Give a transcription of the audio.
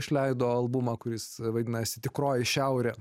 išleido albumą kuris vadinasi tikroji šiaurė